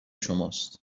شماست